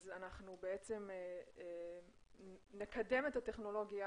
אז אנחנו בעצם נקדם את הטכנולוגיה